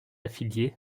affilié